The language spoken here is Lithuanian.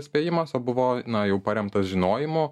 spėjimas o buvo na jau paremtas žinojimu